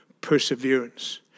perseverance